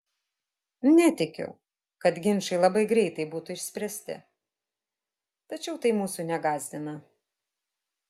netikiu kad ginčai labai greitai būtų išspręsti tačiau tai mūsų negąsdina